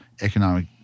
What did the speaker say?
economic